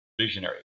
visionary